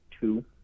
two